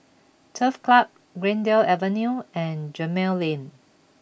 Turf Club Greendale Avenue and Gemmill Lane